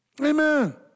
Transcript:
Amen